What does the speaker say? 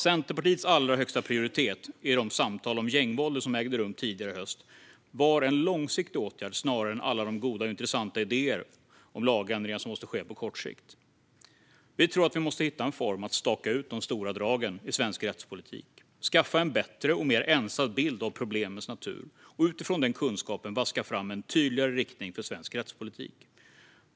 Centerpartiets allra högsta prioritet i de samtal om gängvåldet som ägde rum tidigare i höst var en långsiktig åtgärd, snarare än alla goda och intressanta idéer om lagändringar som måste ske på kort sikt. Vi tror att vi måste hitta en form för att staka ut de stora dragen i svensk rättspolitik, skaffa en bättre och mer ensad bild av problemens natur och utifrån den kunskapen vaska fram en tydligare riktning för svensk rättspolitik.